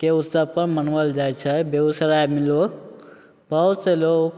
के उत्सवपर मनाओल जाइ छै बेगूसरायमे लोक बहुतसे लोक